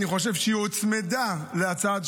שאני חושב שהוצמדה להצעה,